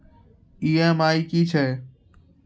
EMI की छिये?